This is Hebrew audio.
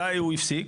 מתי הוא הפסיק?